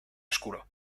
oscuro